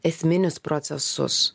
esminius procesus